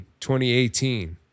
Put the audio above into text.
2018